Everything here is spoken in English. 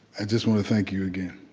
i just wanna thank you again.